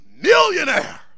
Millionaire